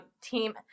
team